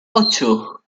ocho